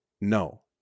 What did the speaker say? No